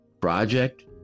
project